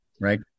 Right